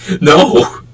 No